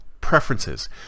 preferences